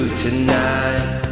tonight